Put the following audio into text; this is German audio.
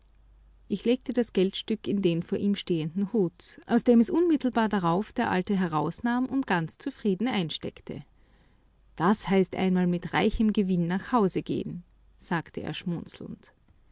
ich legte das geldstück in den vor ihm stehenden hut aus dem es unmittelbar darauf der alte herausnahm und ganz zufrieden einsteckte das heißt einmal mit reichem gewinn nach hause gehen sagte er schmunzelnd